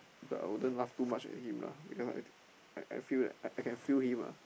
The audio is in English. but I wouldn't laugh too much at him lah ya I think I I feel that I can feel him lah